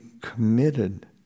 committed